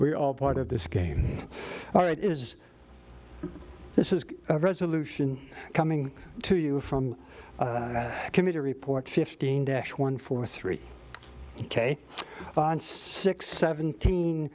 we're all part of this game all right is this is a resolution coming to you from a committee report fifteen dash one for three k six seventeen